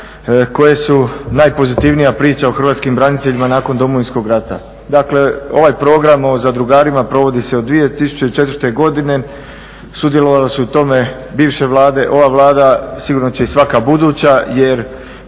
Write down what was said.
koje su najpozitivnija priča o hrvatskim braniteljima nakon Domovinskog rata. Dakle, ovaj program o zadrugarima provodi se od 2004. godine, sudjelovale su u tome bivše vlade, ova Vlada, sigurno će i svaka buduća jer